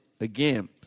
Again